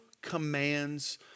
commands